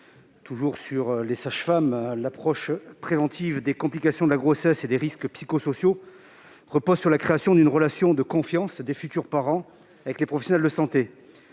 encore, des sages-femmes. L'approche préventive des complications de la grossesse et des risques psychosociaux repose sur la création d'une relation de confiance entre futurs parents et professionnels de santé.